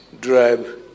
drive